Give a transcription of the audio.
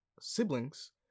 siblings